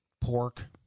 Pork